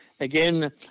Again